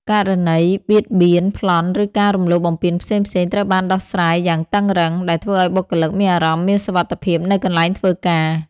ករណីបៀតបៀន ប្លន់ ឬការរំលោភបំពានផ្សេងៗត្រូវបានដោះស្រាយយ៉ាងតឹងរ៉ឹង ដែលធ្វើឲ្យបុគ្គលិកមានអារម្មណ៍មានសុវត្ថិភាពនៅកន្លែងធ្វើការ។